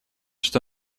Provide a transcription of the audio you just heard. что